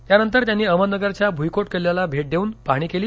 त्यानंतर त्यांनी अहमदनगरच्या भुईकोट किल्ल्याला भेट देऊन पाहणी केली